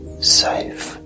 safe